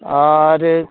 आओर